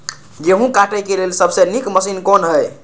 गेहूँ काटय के लेल सबसे नीक मशीन कोन हय?